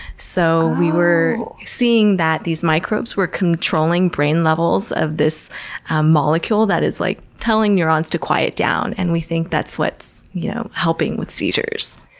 so we were seeing that these microbes were controlling brain levels of this molecule that is like telling neurons to quiet down and we think that's what's you know helping with seizures.